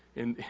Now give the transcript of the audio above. and,